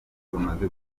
bamaze